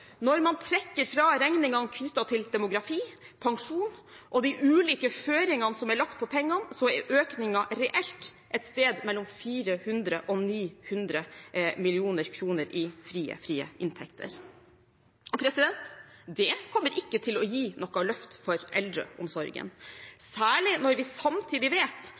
Når man trekker fra regningene knyttet til demografi, pensjon og de ulike føringene som er lagt på pengene, er økningen reelt et sted mellom 400 og 900 mill. kr i frie inntekter. Det kommer ikke til å gi noe løft for eldreomsorgen, særlig ikke når vi samtidig vet